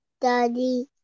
Daddy